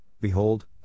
behold